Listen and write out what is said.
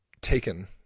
taken